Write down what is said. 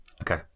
Okay